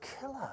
killer